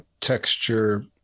texture